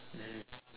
mmhmm